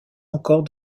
encore